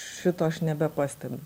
šito aš nebepastebiu